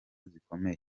zikomeye